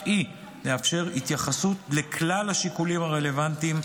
היא לאפשר התייחסות לכלל השיקולים הרלוונטיים,